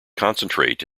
concentrate